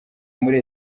muri